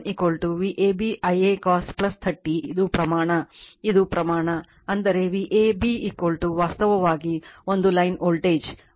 ಆದ್ದರಿಂದ P1 Vab Ia cos 30 ಇದು ಪ್ರಮಾಣ ಇದು ಪ್ರಮಾಣ ಆದರೆ Vab ವಾಸ್ತವವಾಗಿ ಒಂದು ಲೈನ್ ವೋಲ್ಟೇಜ್